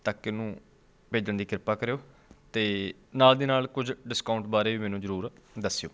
ਤੱਕ ਇਹਨੂੰ ਭੇਜਣ ਦੀ ਕਿਰਪਾ ਕਰਿਓ ਅਤੇ ਨਾਲ ਦੀ ਨਾਲ ਕੁਝ ਡਿਸਕਾਊਂਟ ਬਾਰੇ ਵੀ ਮੈਨੂੰ ਜ਼ਰੂਰ ਦੱਸਿਓ